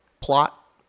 Plot